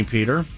Peter